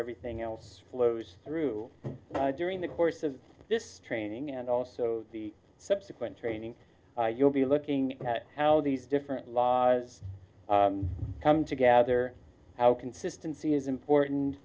everything else flows through during the course of this training and also the subsequent training you'll be looking at how these different laws come together how consistency is